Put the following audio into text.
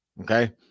okay